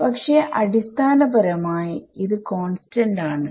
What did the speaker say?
പക്ഷെ അടിസ്ഥാനപരമായി കോൺസ്റ്റന്റ് ആണ്